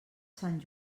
sant